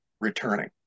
returning